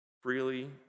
freely